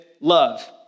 love